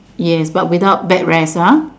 yes but without backrest ah